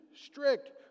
strict